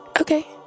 Okay